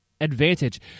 advantage